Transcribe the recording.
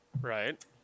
Right